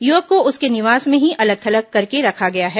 युवक को उसके निवास में ही अलग थलग करके रखा गया है